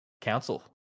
Council